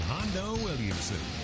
Hondo-Williamson